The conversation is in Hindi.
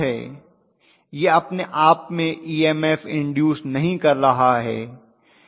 यह अपने आप में EMF इन्डूस नहीं कर रहा है यह दूसरी वाइंडिंग में कर रहा है